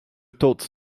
tuts